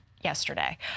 yesterday